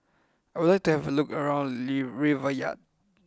I would like to have a look around Riyadh